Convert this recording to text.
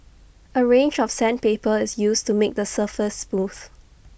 A range of sandpaper is used to make the surface smooth